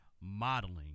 modeling